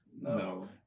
No